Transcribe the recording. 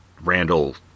Randall